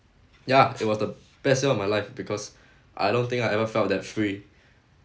ya it was the best time of my life because I don't think I've ever felt that free